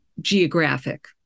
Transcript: geographic